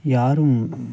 யாரும்